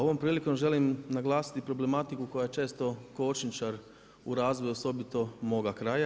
Ovom prilikom želim naglasiti problematiku koja često kočničar u razvoju osobito moga kraja.